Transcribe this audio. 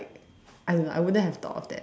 I don't know I wouldn't have thought of that